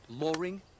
Loring